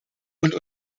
und